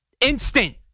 Instant